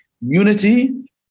unity